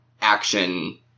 action